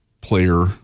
player